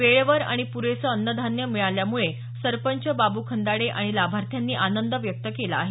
वेळेवर आणि पुरेस अन्नधान्य मिळाल्या मुळे सरपंच बाबु खंदाडे आणि लाभार्थ्यांनी आनंद व्यक्त केला आहे